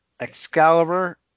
Excalibur